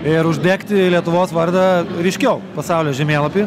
ir uždegti lietuvos vardą ryškiau pasaulio žemėlapy